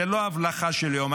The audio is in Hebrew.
זאת לא הבלחה של יום,